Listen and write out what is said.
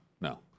no